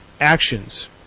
Actions